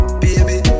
baby